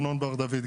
ארנון בר דוד,